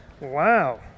Wow